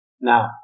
Now